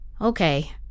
Okay